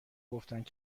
گفتند